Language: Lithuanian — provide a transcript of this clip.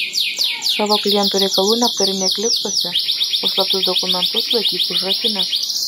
savo klientų reikalų neaptarinėk liftuose o slaptus dokumentus laikyk užrakinęs